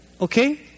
Okay